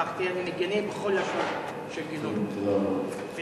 מגנה בכל לשון של גינוי, אני מתנצל ששכחתי.